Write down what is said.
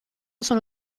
sono